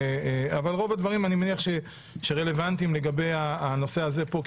אבל רוב הדברים אני מניח שרלוונטיים לנושא הזה פה,